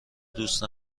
دوست